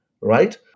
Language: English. right